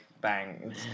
bang